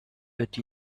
but